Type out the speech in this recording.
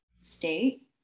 state